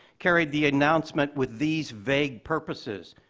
carried the announcement with these vague purposes,